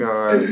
God